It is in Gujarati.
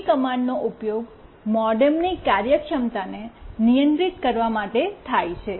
એટી કમાન્ડસનો ઉપયોગ મોડેમની કાર્યક્ષમતાને નિયંત્રિત કરવા માટે થાય છે